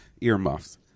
earmuffs